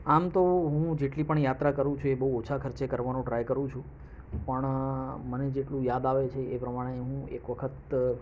આમ તો હું જેટલી પણ યાત્રા કરું છે એ બહુ ઓછા ખર્ચે કરવાનો ટ્રાય કરું છું પણ મને જેટલું યાદ આવે છે એ પ્રમાણે હું એક વખત